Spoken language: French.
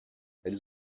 elles